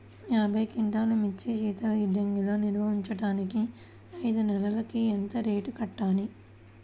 యాభై క్వింటాల్లు మిర్చి శీతల గిడ్డంగిలో నిల్వ ఉంచటానికి ఐదు నెలలకి ఎంత రెంట్ కట్టాలి?